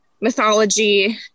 mythology